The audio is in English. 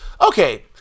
okay